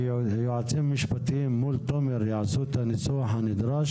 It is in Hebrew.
היועצים המשפטיים יעשו את הניסוח הנדרש מול תומר רוזנר,